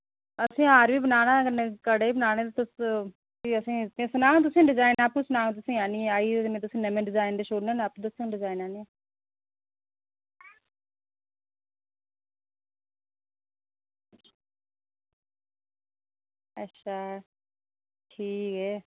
असें हार बी बनाना ते कन्नै कड़े बी बनाने कोई सनांऽ तुसें ई डिजाईन आपूं सनाह्ङ तुसें ई आह्नियै तुस नमें डिजाईन दस्सी ओड़ङन आपूं नमें डिजाईन दे बनाने अच्छा ठीक ऐ